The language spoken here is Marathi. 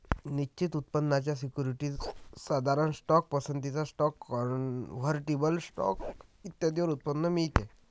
निश्चित उत्पन्नाच्या सिक्युरिटीज, साधारण स्टॉक, पसंतीचा स्टॉक, कन्व्हर्टिबल स्टॉक इत्यादींवर उत्पन्न मिळते